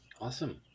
Awesome